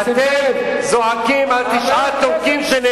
אתם זועקים על תשעה טורקים, הם הבאים בתור.